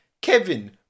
Kevin